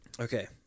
Okay